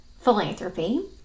Philanthropy